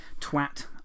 TWAT-